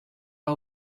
all